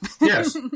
Yes